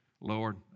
Lord